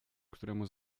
któremu